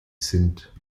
sind